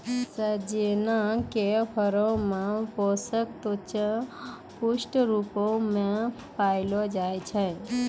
सोजिना के फरो मे पोषक तत्व पुष्ट रुपो मे पायलो जाय छै